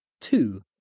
Two